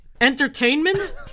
Entertainment